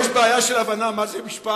יש בעיה של הבנה מה זה משפט,